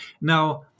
Now